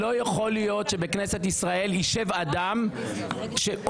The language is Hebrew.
כי לא יכול להיות שבכנסת ישראל יישב אדם או